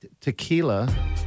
tequila